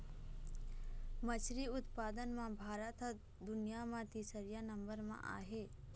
मछरी उत्पादन म भारत ह दुनिया म तीसरइया नंबर म आहे